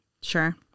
Sure